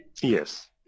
Yes